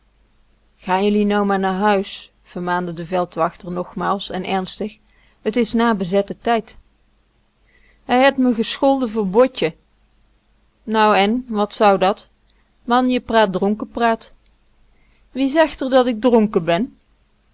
gaan jullie nou maar naar huis vermaande de veldwachter nogmaals en ernstig t is na bezette tijd hij het me gescholden voor botje nou en wat zou dat man je praat dronkepraat wie zegt r dat k dronken ben